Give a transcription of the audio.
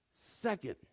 Second